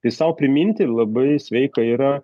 tai sau priminti ir labai sveika yra